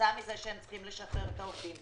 וכתוצאה מזה שהם צריכים לשחרר את העובדים.